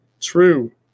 True